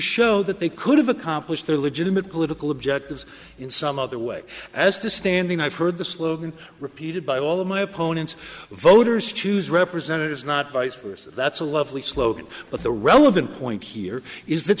show that they could have accomplished their legitimate political objectives in some other way as to standing i've heard the slogan repeated by all of my opponents voters choose representatives not vice versa that's a lovely slogan but the relevant point here is that